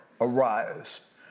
Arise